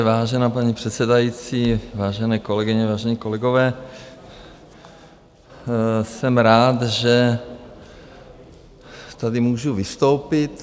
Vážená paní předsedající, vážené kolegyně, vážení kolegové, jsem rád, že tady můžu vystoupit.